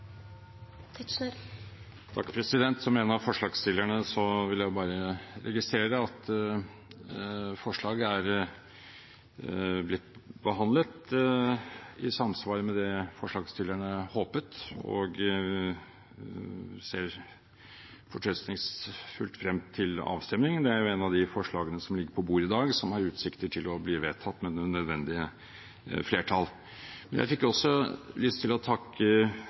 blitt behandlet i samsvar med det forslagsstillerne håpet, og jeg ser fortrøstningsfullt frem til avstemningen. Det er et av de forslagene som ligger på bordet i dag som har utsikter til å bli vedtatt med det nødvendige flertall. Jeg fikk også lyst til å takke